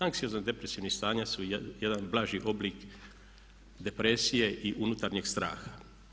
Anksiozno depresivna stanja su jedan blaži oblik depresije i unutarnjeg straha.